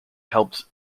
helped